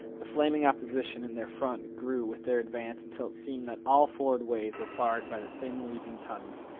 the flaming opposition in their front grew with their advance until it seemed that all forward ways were barred by the thin leaping tongues,